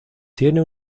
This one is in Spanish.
tiene